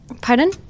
Pardon